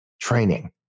training